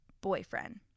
boyfriend